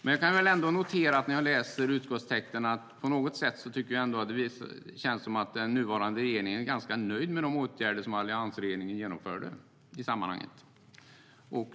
När jag läser utskottstexten kan jag ändå notera att det på något sätt känns som att den nuvarande regeringen är ganska nöjd med de åtgärder alliansregeringen genomförde i sammanhanget.